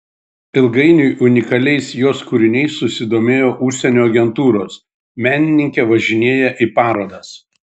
ilgainiui unikaliais jos kūriniais susidomėjo užsienio agentūros menininkė važinėja į parodas